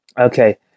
okay